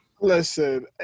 Listen